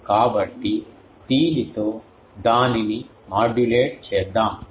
కాబట్టి దీనితో దానిని మాడ్యులేట్ చేద్దాం